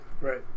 Right